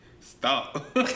stop